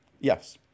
Yes